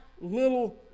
little